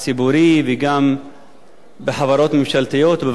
וגם בחברות ממשלתיות ובוועדים שונים,